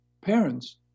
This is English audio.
parents